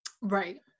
Right